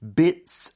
bits